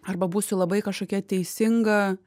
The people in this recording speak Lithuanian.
arba būsiu labai kažkokia teisinga